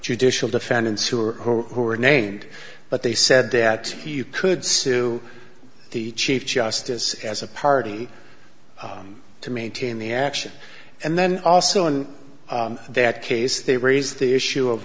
judicial defendants who are who are named but they said that you could sue the chief justice as a party to maintain the action and then also in that case they raise the issue of